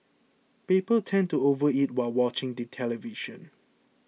people tend to overeat while watching the television